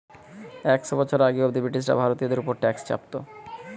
একশ বছর আগে অব্দি ব্রিটিশরা ভারতীয়দের উপর ট্যাক্স চাপতো